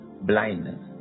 Blindness